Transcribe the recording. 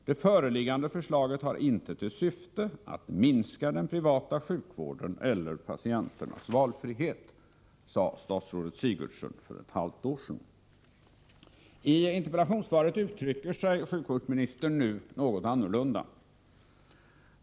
Det föreliggande förslaget har inte till syfte att minska den privata sjukvården eller patienternas valfrihet, sade statsrådet. I interpellationssvaret uttrycker sig sjukvårdsministern nu något annorlunda.